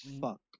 fuck